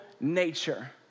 nature